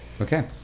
Okay